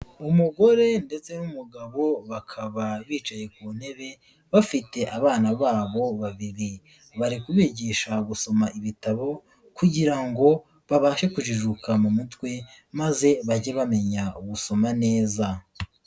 Umugore ndetse n'umugabo bakaba bicaye ku ntebe, bafite abana babo babiri, bari kubigisha gusoma ibitabo kugira ngo babashe kujijuka mu mutwe maze bajye bamenya gusoma neza.